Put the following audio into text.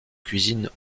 cuisine